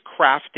crafting